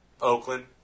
Oakland